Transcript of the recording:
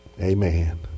Amen